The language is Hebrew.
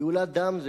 גאולת דם זה